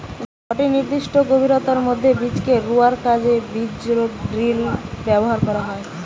গটে নির্দিষ্ট গভীরতার মধ্যে বীজকে রুয়ার কাজে বীজড্রিল ব্যবহার করা হয়